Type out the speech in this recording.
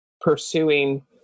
pursuing